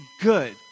good